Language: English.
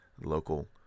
local